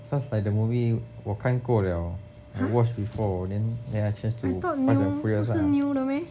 cause like the movie 我看过 liao I watch before then then I change to fast and furious lah